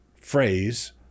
phrase